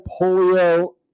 polio